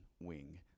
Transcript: wing